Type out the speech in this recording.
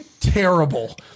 terrible